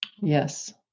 Yes